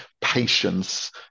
patience